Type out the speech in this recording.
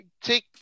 take